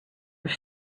were